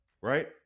right